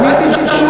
אל תיקח את זה ללב.